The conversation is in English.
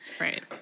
right